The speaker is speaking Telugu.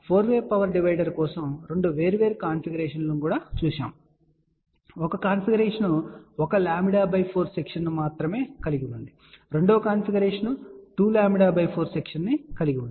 మనము 4 వే పవర్ డివైడర్ కోసం రెండు వేర్వేరు కాన్ఫిగరేషన్లను చూశాము ఒక కాన్ఫిగరేషన్ ఒక λ 4 సెక్షన్ను మాత్రమే కలిగి ఉంది రెండవ కాన్ఫిగరేషన్ 2 λ 4 సెక్షన్ ను కలిగి ఉంది